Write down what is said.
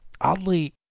Oddly